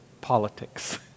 politics